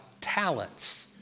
Talents